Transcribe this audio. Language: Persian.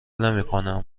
نمیکنم